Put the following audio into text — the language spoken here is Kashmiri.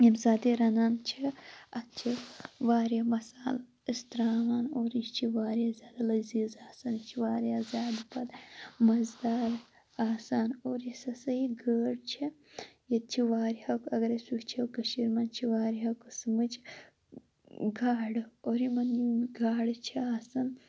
ییٚمہِ ساتہِ یہِ رَنان چھِ اَتھ چھِ وارِیاہ مَثالہٕ ٲسۍ تَراوان اور یہِ چھِ وارِیاہ زیادٕ لٔزیز آسان یہِ چھِ وارِیاہ زیادٕ پَتہِ مَزٕدار آسان اور یُس ہَسا یہِ گاڈ چھِ ییٚتہِ چھِ وارِیاہو اَگَر أسۍ وُچھو کٔشیرِ منٛز چھِ وارِیاہو قٕسمٕچ گاڈٕ اور یِمَن یِم گاڈٕ چھِ آسَن